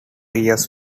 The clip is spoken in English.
years